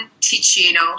Ticino